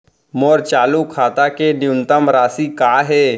मोर चालू खाता के न्यूनतम राशि का हे?